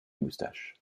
moustaches